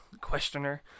questioner